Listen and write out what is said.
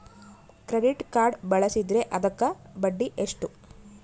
Credit card ಬಳಸಿದ್ರೇ ಅದಕ್ಕ ಬಡ್ಡಿ ಎಷ್ಟು?